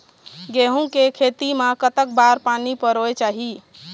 गेहूं के खेती मा कतक बार पानी परोए चाही?